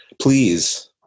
Please